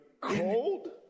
cold